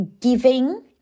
giving